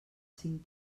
cinc